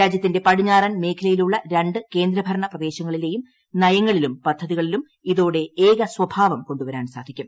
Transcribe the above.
രാജ്യത്തിന്റെ പടിഞ്ഞാറൻ മേഖലയിലുള്ള രണ്ട് കേന്ദ്രഭരണ പ്രദേശങ്ങളിലെയും നയങ്ങളിലും പദ്ധതികളിലും ഇതോടെ ഏകസ്വഭാവം കൊണ്ടുവരാൻ സാധിക്കും